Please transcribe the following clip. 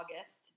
august